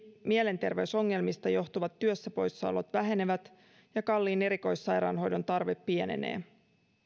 mielenterveysongelmista johtuvat työpoissaolot vähenevät ja kalliin erikoissairaanhoidon tarve pienenee